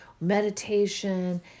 meditation